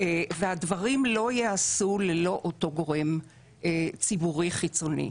והדברים לא ייעשו ללא אותו גורם ציבורי חיצוני.